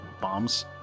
bombs